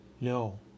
no